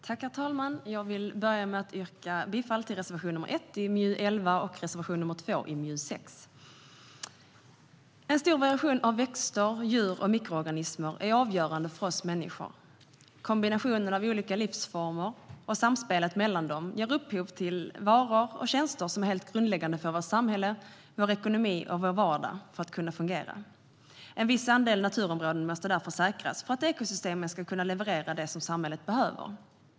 Herr talman! Jag börjar med att yrka bifall till reservation nr 1 i MJU11 och reservation nr 2 i MJU6. En stor variation av växter, djur och mikroorganismer är avgörande för oss människor. Kombinationen av olika livsformer och samspelet mellan dem ger upphov till varor och tjänster som är helt grundläggande för att vårt samhälle, vår ekonomi och vår vardag ska fungera. En viss andel naturområden måste därför säkras för att ekosystemen ska kunna leverera det som samhället behöver.